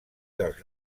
dels